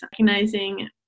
recognizing